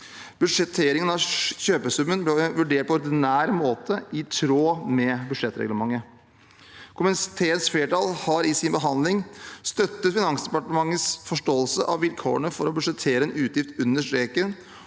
Budsjetteringen av kjøpesummen ble vurdert på ordinær måte i tråd med budsjettreglementet. Komiteens flertall har i sin behandling støttet Finansdepartementets forståelse av vilkårene for å budsjettere en utgift under streken